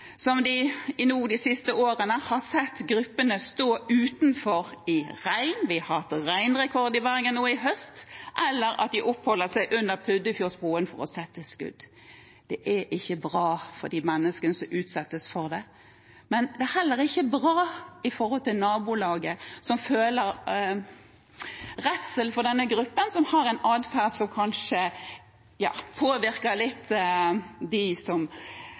har de siste årene sett gruppene stå utenfor i regn – vi har hatt regnrekord i Bergen nå i høst – eller så oppholder de seg under Puddefjordsbroen for å sette et skudd. Det er ikke bra for de menneskene som utsettes for det, men det er heller ikke bra for nabolaget, som føler redsel for en gruppe mennesker som har en adferd som kanskje påvirker dem som synes det er utfordrende å oppsøke denne gruppen. De utagerer på en måte som